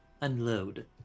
unload